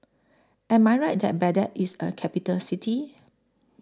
Am I Right that Baghdad IS A Capital City